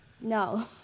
No